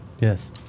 yes